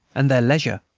and their leisure,